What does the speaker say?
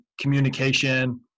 communication